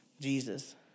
Jesus